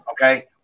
Okay